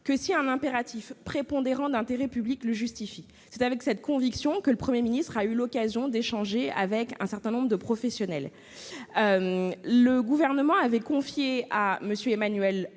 que si un impératif prépondérant d'intérêt public le justifie. C'est avec cette conviction que le Premier ministre a échangé avec un certain nombre de professionnels. Le Gouvernement avait confié à M. Emmanuel